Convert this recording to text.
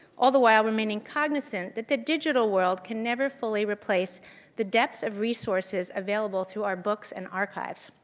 all the while remaining cognizant that the digital world can never fully replace the depth of resources available through our books and archives.